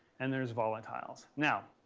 and there's volatiles. now,